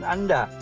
Anda